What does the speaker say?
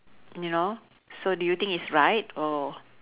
you know so do you think is right or